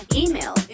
email